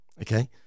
Okay